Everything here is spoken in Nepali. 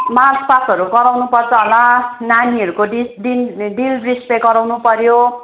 मार्च पासहरू गराउनुपर्छ होला नानीहरूको ड्रिल ड्रिल डिस्प्लेहरू गराउनु पऱ्यो